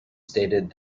stated